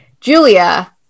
Julia